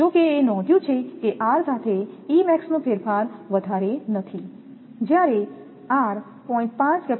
જો કે એ નોંધ્યું છે કે r સાથે E max નો ફેરફાર વધારે નથી જ્યારે r 0